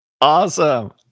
Awesome